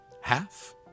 Half